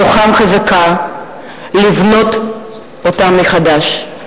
רוחם חזקה לבנות אותם מחדש.